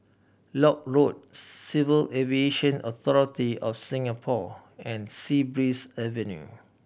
Lock Road Civil Aviation Authority of Singapore and Sea Breeze Avenue